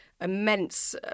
immense